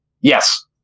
Yes